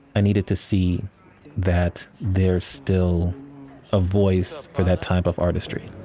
i needed to see that there's still a voice for that type of artistry